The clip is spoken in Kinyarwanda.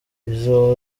izo